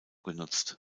genutzt